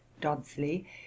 Dodsley